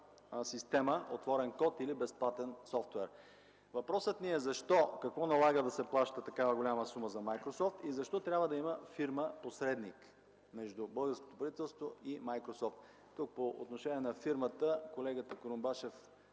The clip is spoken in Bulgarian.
система „отворен код”, или безплатен софтуер. Въпросът ми е: защо, какво налага да се плаща такава голяма сума за „Майкрософт” и защо трябва да има фирма посредник между българското правителство и „Майкрософт”? Тук по отношение на фирмата колегата Курумбашев